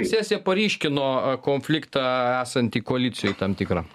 sesija paryškino a konfliktą esantį koalicijoj tam tikrą